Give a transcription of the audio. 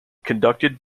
conducted